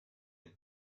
ett